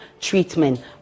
treatment